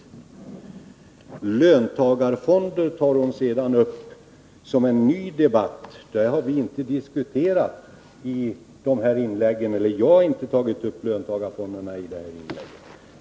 Sedan tar Margot Håkansson upp frågan om löntagarfonder som en ny debatt. Den frågan har vi inte diskuterat — jag har inte tagit upp den i mina inlägg.